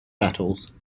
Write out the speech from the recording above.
battles